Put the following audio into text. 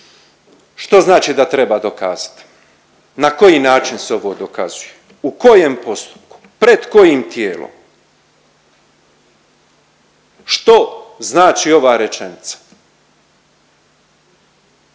što znači da treba dokazat, na koji način se ovo dokazuje, u kojem postupku, pred kojim tijelom? Što znači ova rečenica? Očekujem da netko